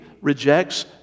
rejects